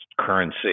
currency